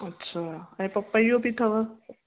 अछा ऐं पपईयो बि अथव